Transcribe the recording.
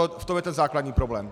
V tom je ten základní problém.